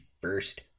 first